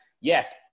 yes